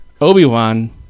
Obi-Wan